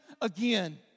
again